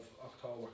October